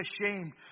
ashamed